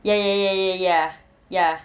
ya ya ya ya ya ya ya